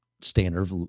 standard